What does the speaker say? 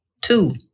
two